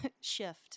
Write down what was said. shift